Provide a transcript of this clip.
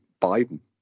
Biden